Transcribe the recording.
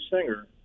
Singer